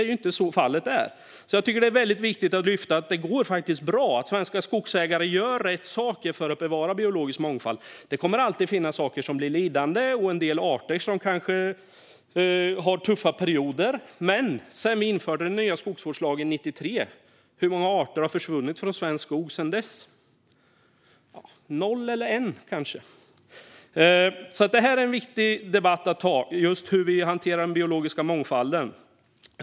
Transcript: Så är inte fallet, så jag tycker att det är viktigt att lyfta fram att det faktiskt går bra och att svenska skogsägare gör rätt saker för att bevara biologisk mångfald. Det kommer alltid att finnas saker som blir lidande och en del arter som kanske har tuffa perioder. Men vi införde den nya skogsvårdslagen 93, och hur många arter har försvunnit från svensk skog sedan dess? Noll eller en, kanske. Det är alltså viktigt att föra den här debatten om hur vi hanterar den biologiska mångfalden.